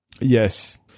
Yes